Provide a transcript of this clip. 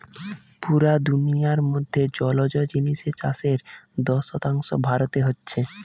পুরা দুনিয়ার মধ্যে জলজ জিনিসের চাষের দশ শতাংশ ভারতে হচ্ছে